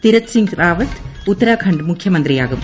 Tirath Singh Rawat Uttarakhand മുഖ്യമന്ത്രിയാകും